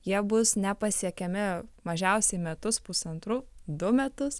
jie bus nepasiekiami mažiausiai metus pusantrų du metus